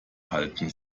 halten